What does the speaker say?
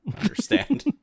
understand